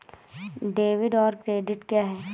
Debit और credit क्या है?